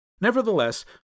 Nevertheless